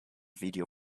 video